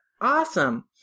Awesome